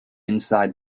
inside